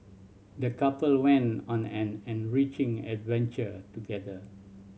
the couple went on an enriching adventure together